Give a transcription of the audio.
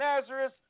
Nazareth